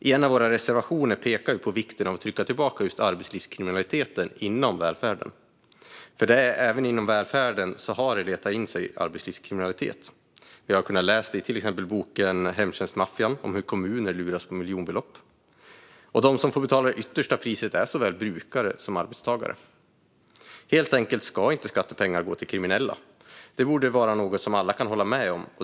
I en av våra reservationer pekar vi på vikten av att trycka tillbaka arbetslivskriminaliteten inom välfärden. Arbetslivskriminalitet har letat sig in även i välfärden. I till exempel boken Hemtjänstmaffian har vi kunnat läsa hur kommuner luras på miljonbelopp. De som får betala det yttersta priset är såväl brukare som arbetstagare. Skattepengar ska helt enkelt inte gå till kriminella. Det borde alla kunna hålla med om.